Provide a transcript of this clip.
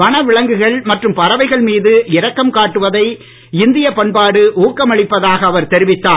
வனவிலங்குகள் மற்றும் பறவைகள் மீது இரக்கம் காட்டுவதை இந்திய பண்பாடு ஊக்கமளிப்பதாக அவர் தெரிவித்தார்